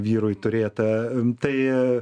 vyrui turėt tai